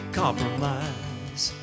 compromise